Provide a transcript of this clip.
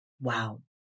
wow